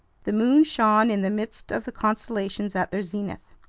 the moon shone in the midst of the constellations at their zenith.